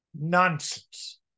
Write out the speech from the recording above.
Nonsense